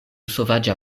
sovaĝa